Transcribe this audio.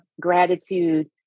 gratitude